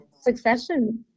succession